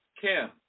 Kim